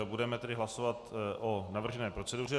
Budeme tedy hlasovat o navržené proceduře.